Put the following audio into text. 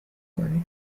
کنی